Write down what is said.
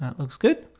and looks good.